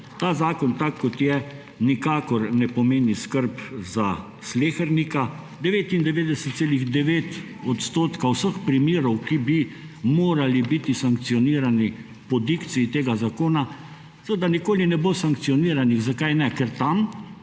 ta zakon, tak, kot je, nikakor ne pomeni skrbi za slehernika. 99,9 % vseh primerov, ki bi morali biti sankcionirani po dikciji tega zakona, seveda nikoli ne bo sankcioniranih. Zakaj ne? Ker tam